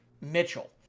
Mitchell